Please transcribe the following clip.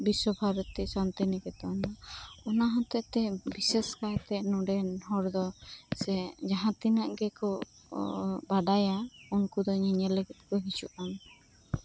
ᱵᱤᱥᱥᱚ ᱵᱷᱟᱨᱚᱛᱤ ᱥᱟᱱᱛᱤᱱᱤᱠᱮᱛᱚᱱ ᱚᱱᱟ ᱦᱚᱛᱮᱜ ᱛᱮ ᱵᱤᱥᱮᱥ ᱠᱟᱭᱛᱮ ᱱᱚᱰᱮᱱ ᱦᱚᱲ ᱫᱚ ᱥᱮ ᱡᱟᱸᱦᱟ ᱛᱤᱱᱟᱹᱜ ᱜᱮᱠᱚ ᱵᱟᱰᱟᱭᱟ ᱩᱱᱠᱩ ᱫᱚ ᱧᱮᱧᱮᱞ ᱞᱟᱹᱜᱤᱫ ᱠᱚ ᱦᱤᱡᱩᱜᱼᱟ